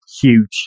huge